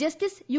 justice U